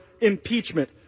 impeachment